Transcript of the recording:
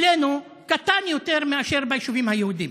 אצלנו קטן יותר מאשר ביישובים היהודיים.